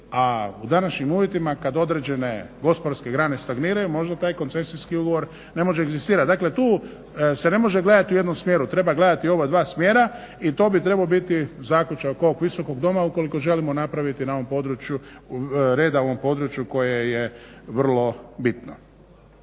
u današnjim uvjetima kad određene gospodarske grane stagniraju možda taj koncesijski ugovor ne može egzistirat. Dakle tu se ne može gledati u jednom smjeru, treba gledati obadva smjera i to bi trebao biti zaključak ovog Visokog doma ukoliko želimo napraviti reda u ovom području koje je vrlo bitno.